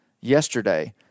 yesterday